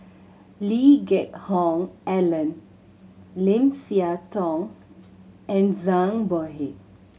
Lee Geck Hoon Ellen Lim Siah Tong and Zhang Bohe